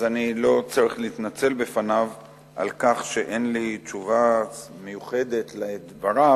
אז אני לא צריך להתנצל בפניו על כך שאין לי תשובה מיוחדת לדבריו,